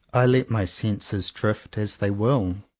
i let my senses drift as they will,